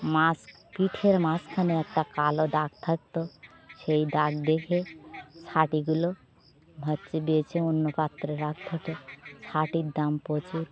মাঝ পিঠের মাঝখানে একটা কালো দাগ থাকত সেই দাগ দেখে ছাটিগুলো হচ্ছে বেছে অন্য পাত্রে রাখতে হতো ছাটির দাম প্রচুর